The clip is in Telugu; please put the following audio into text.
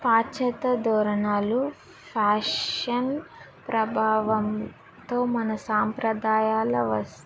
పాశ్చాత్య దోరణులు ఫ్యాషన్ ప్రబావంతో మన సాంప్రదాయాల వస్తు